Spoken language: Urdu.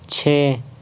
چھ